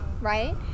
right